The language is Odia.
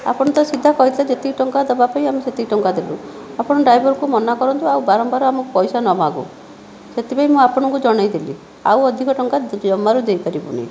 ଆପଣ ତ ସିଧା କହିଥିଲେ ଯେତିକି ଟଙ୍କା ଦେବା ପାଇଁ ଆମେ ସେତିକି ଟଙ୍କା ଦେଲୁ ଆପଣ ଡ୍ରାଇଭରକୁ ମନା କରନ୍ତୁ ଆଉ ବାରମ୍ବାର ଆମକୁ ପଇସା ନମାଗୁ ସେଥିପାଇଁ ମୁଁ ଆପଣଙ୍କୁ ଜଣାଇ ଦେଲି ଆଉ ଅଧିକ ଟଙ୍କା ଜମାରୁ ଦେଇପାରିବୁନାହିଁ